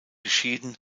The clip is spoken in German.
geschieden